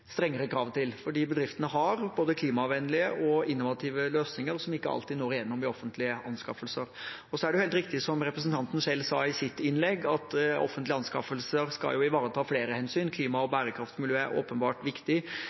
strengere krav til, fordi bedriftene har både klimavennlige og innovative løsninger som ikke alltid når igjennom i offentlige anskaffelser. Så er det helt riktig som representanten selv sa i sitt innlegg, at offentlige anskaffelser skal ivareta flere hensyn. Klima, bærekraft og miljø er åpenbart viktig,